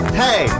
hey